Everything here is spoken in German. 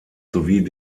sowie